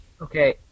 Okay